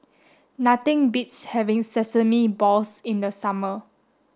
nothing beats having sesame balls in the summer